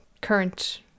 current